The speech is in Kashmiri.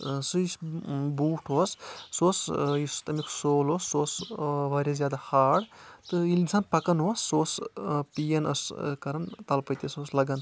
سُہ یُس بوٗٹھ اوس سُہ اوس یُس تَمیُک سول اوس سُہ اوس واریاہ زیادٕ ہاڈ تہٕ ییٚلہِ زَن پَکان اوس سُہ اوس پِین ٲس کران تَلہٕ پٔتۍ ٲس اوس لگَان